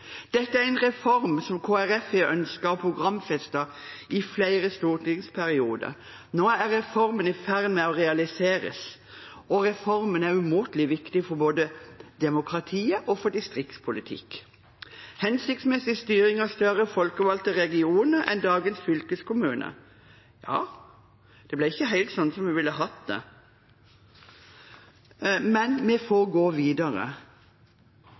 Dette er en reform som Kristelig Folkeparti har ønsket å programfeste i flere stortingsperioder. Nå er reformen i ferd med å realiseres, og reformen er umåtelig viktig for både demokratiet og distriktspolitikken. Når det gjelder hensiktsmessig styring av større folkevalgte regioner enn dagens fylkeskommune, ble det ikke helt slik som vi ville hatt det, men vi får gå videre.